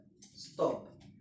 stop